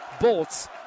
Bolts